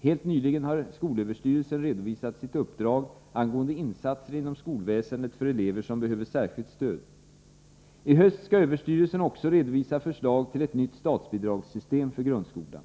Helt nyligen har skolöverstyrelsen redovisat sitt uppdrag angående insatser inom skolväsendet för elever som behöver särskilt stöd. I höst skall SÖ också redovisa förslg till ett nytt statsbidragssystem för grundskolan.